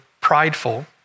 prideful